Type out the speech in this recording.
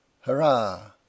Hurrah